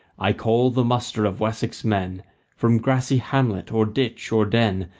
i call the muster of wessex men from grassy hamlet or ditch or den,